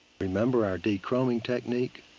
remember our de-chroming technique?